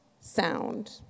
sound